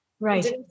Right